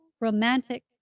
romantic